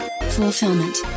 fulfillment